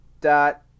dot